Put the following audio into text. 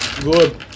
good